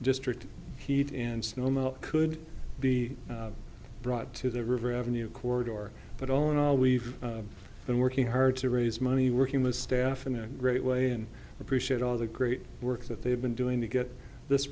district heat and snow melt could be brought to the river avenue corridor but all in all we've been working hard to raise money working with staff in a great way and appreciate all the great work that they have been doing to get this